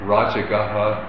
Rajagaha